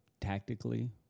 tactically